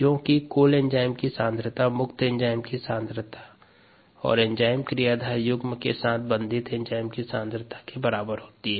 क्यूंकि कुल एंजाइम की सांद्रता मुक्त एंजाइम की सांद्रता और एंजाइम क्रियाधार युग्म के साथ बंधित एंजाइम की सांद्रता के बराबर होती है